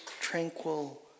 tranquil